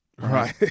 Right